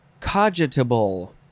cogitable